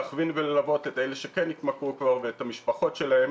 להכווין וללוות את אלה שכן התמכרו כבר ואת המשפחות שלהם